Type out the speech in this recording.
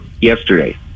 yesterday